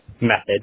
method